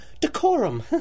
decorum